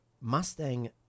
Mustang